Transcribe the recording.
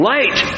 Light